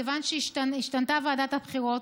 מכיוון שהשתנתה ועדת הבחינות,